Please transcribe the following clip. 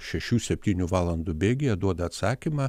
šešių septynių valandų bėgyje duoda atsakymą